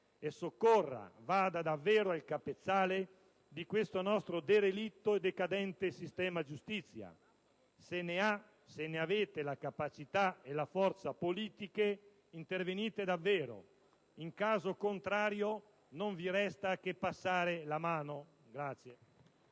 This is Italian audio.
soccorra, vada davvero al capezzale di questo nostro derelitto e decadente sistema giustizia; se ne ha e ne avete la capacità e la forza politica intervenite davvero. In caso contrario non vi resta che passare la mano.